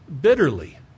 bitterly